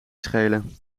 schelen